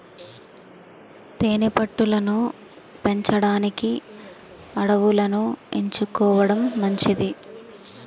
తేనె పట్టు లను పెంచడానికి అడవులను ఎంచుకోవడం మంచిది